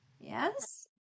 Yes